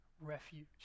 refuge